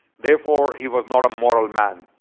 therefore he was not a moral man.